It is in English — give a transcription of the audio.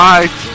Bye